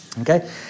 okay